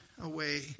Away